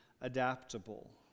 adaptable